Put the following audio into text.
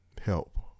help